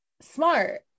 smart